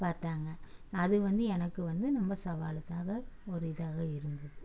பார்த்தாங்க அது வந்து எனக்கு வந்து ரொம்ப சவாலுக்காக ஒரு இதாகவே இருந்தது